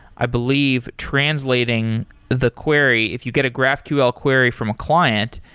i believe, translating the query. if you get a graphql query from client,